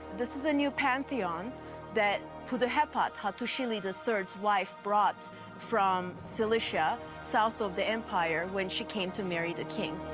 this is a new pantheon that puddaheppa, hattusili the third's wife, brought from salesia, south of the empire when she came to marry the king.